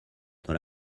dans